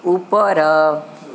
ଉପର